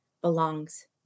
belongs